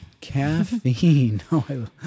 Caffeine